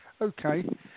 Okay